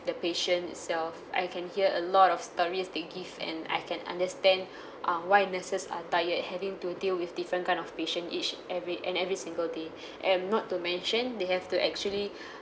the patient itself I can hear a lot of stories they give and I can understand uh why nurses are tired having to deal with different kind of patient each every and every single day and not to mention they have to actually